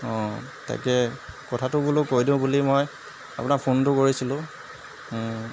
অঁ তাকে কথাটো বোলো কৈ দিওঁ বুলি মই আপোনাক ফোনটো কৰিছিলো